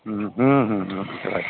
হুম হুম হুম রাখ